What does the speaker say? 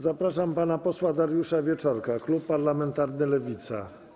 Zapraszam pan posła Dariusza Wieczorka, klub parlamentarny Lewica.